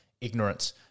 ignorance